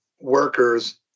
workers